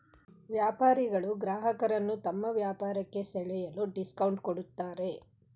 ವ್ಯಾಪಾರಿಗಳು ಗ್ರಾಹಕರನ್ನು ತಮ್ಮ ವ್ಯಾಪಾರಕ್ಕೆ ಸೆಳೆಯಲು ಡಿಸ್ಕೌಂಟ್ ಕೊಡುತ್ತಾರೆ